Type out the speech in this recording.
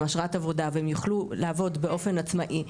אשרת עבודה והן יוכלו לעבוד באופן עצמאי,